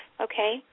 Okay